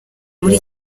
muri